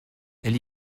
elle